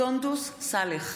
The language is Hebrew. סונדוס סאלח,